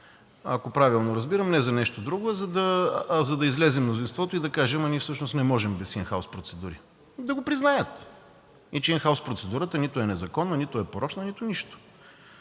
Ако правилно разбирам, не за нещо друго, а да излезе мнозинството и да каже, че ние всъщност не можем без ин хаус процедури, да признаят, че ин хаус процедурата нито е незаконна, нито е порочна, нито нищо.